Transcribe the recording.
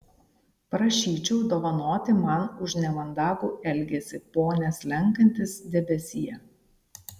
prašyčiau dovanoti man už nemandagų elgesį pone slenkantis debesie